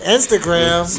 Instagram